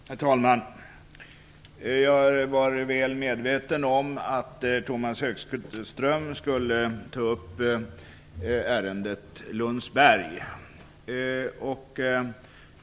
Herr talman! Jag var väl medveten om att Tomas Högström i debatten skulle ta upp ärendet Lundsberg.